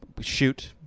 Shoot